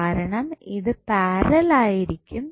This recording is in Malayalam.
കാരണം ഇത് പാരലൽ ആയിരിക്കും